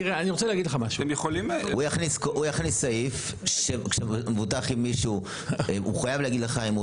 הוא יכניס סעיף שמבוטח מחויב להגיד לך אם הוא